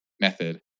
method